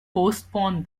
postpone